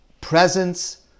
presence